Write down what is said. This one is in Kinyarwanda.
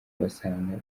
basanga